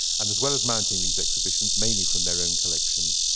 and as well as mounting these exhibitions, mainly from their own collections,